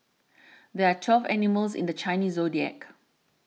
there are twelve animals in the Chinese zodiac